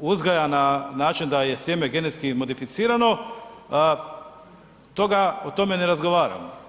uzgaja na način da je sjeme genetski modificirano, toga, o tome ne razgovaramo.